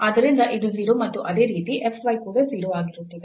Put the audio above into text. ಆದ್ದರಿಂದ ಇದು 0 ಮತ್ತು ಅದೇ ರೀತಿ f y ಕೂಡ 0 ಆಗಿರುತ್ತದೆ